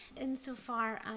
insofar